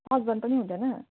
पच्पन्न पनि हुँदैन